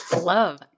love